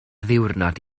ddiwrnod